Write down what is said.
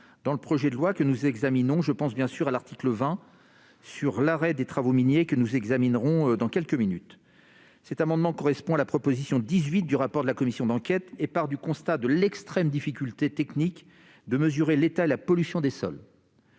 dans le projet de loi que nous examinons. Je pense à l'article 20 relatif à l'arrêt des travaux miniers, que nous examinerons dans quelques minutes. Ces amendements correspondent à la proposition n° 18 du rapport de la commission d'enquête et partent du constat de l'extrême difficulté technique de mesurer l'état de la pollution des sols.